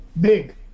Big